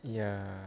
ya